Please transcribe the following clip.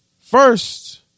First